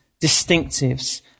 distinctives